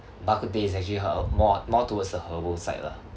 bak kut teh is actually her~ more more towards the herbal side lah